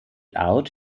out